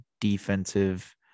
defensive